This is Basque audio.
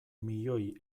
milioi